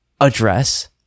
address